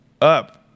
up